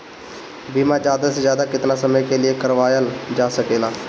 बीमा ज्यादा से ज्यादा केतना समय के लिए करवायल जा सकेला?